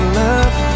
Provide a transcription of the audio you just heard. love